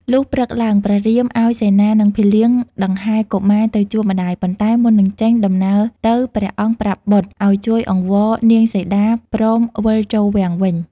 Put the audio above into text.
លុះព្រឹកឡើងព្រះរាម ឱ្យសេនានិងភីលៀងដង្ហែកុមារទៅជួបម្តាយប៉ុន្តែមុននឹងចេញ ដំណើរទៅព្រះអង្គប្រាប់បុត្រ ឱ្យជួយអង្វរនាងសីតាព្រមវិលចូលរាំងវិញ។